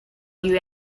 you